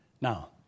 Now